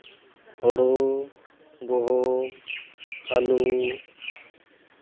ᱦᱩᱲᱩ ᱜᱩᱦᱩᱢ ᱟᱹᱞᱩ